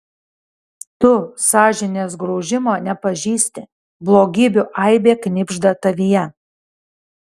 tu sąžinės graužimo nepažįsti blogybių aibė knibžda tavyje